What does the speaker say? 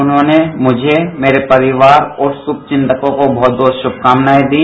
उन्होंने मुझे मेरे परिवार और शुभविन्तकों को बहुत बहुत शुभ कामनार्य दी